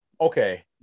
Okay